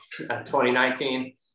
2019